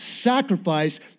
sacrifice